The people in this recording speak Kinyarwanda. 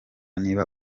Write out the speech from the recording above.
niba